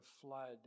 flood